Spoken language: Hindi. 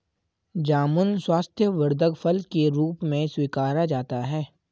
जामुन स्वास्थ्यवर्धक फल के रूप में स्वीकारा जाता है